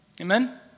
Amen